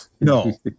No